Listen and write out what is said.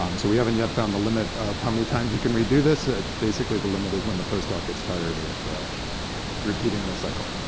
um so we haven't yet found the limit of how many times you can redo this. it's basically, the limit is when the postdoc gets tired of repeating the cycle.